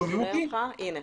לכולם.